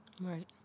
Right